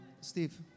Steve